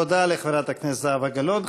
תודה לחברת הכנסת זהבה גלאון.